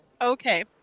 Okay